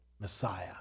Messiah